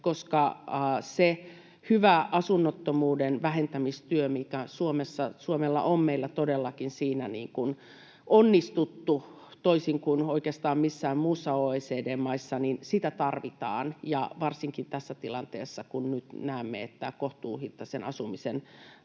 koska siinä hyvässä asunnottomuuden vähentämistyössä meillä Suomessa todellakin on onnistuttu, toisin kuin oikeastaan missään muussa OECD-maassa. Sitä tarvitaan ja varsinkin tässä tilanteessa, kun nyt näemme, että kohtuuhintaisen asumisen